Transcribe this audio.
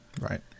Right